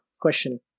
question